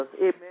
Amen